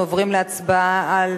אנחנו עוברים להצבעה על